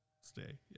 Stay